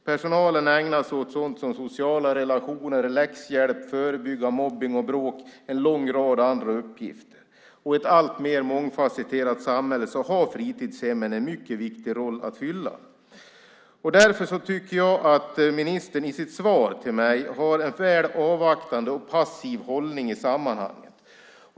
Personalen ägnar sig åt sådant som sociala relationer, läxhjälp, förebyggande av mobbning och bråk och en lång rad andra uppgifter. I ett alltmer mångfasetterat samhälle har fritidshemmen en mycket viktig roll att spela. Därför tycker jag att ministern i sitt svar till mig har en väl avvaktande och passiv hållning i sammanhanget.